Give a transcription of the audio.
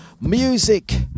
music